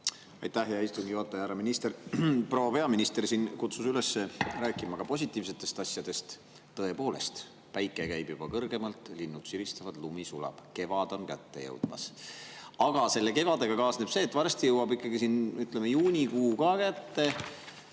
Aitäh, hea istungi juhataja! Härra minister! Proua peaminister siin kutsus üles rääkima ka positiivsetest asjadest. Tõepoolest, päike käib kõrgemalt, linnud siristavad, lumi sulab – kevad on kätte jõudmas. Aga selle kevadega kaasneb see, et varsti jõuab kätte juunikuu. Selle